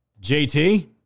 JT